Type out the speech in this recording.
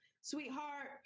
sweetheart